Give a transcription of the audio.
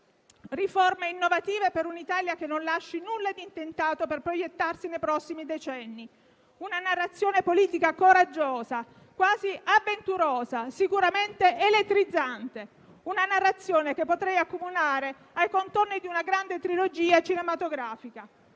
riforme innovative per un'Italia che non lascia nulla di intentato per proiettarsi nei prossimi decenni; una narrazione politica coraggiosa (quasi avventurosa, sicuramente elettrizzante), che potrei accomunare ai contorni di una grande trilogia cinematografica.